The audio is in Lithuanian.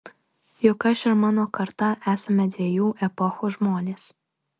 juk aš ir mano karta esame dviejų epochų žmonės